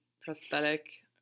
prosthetic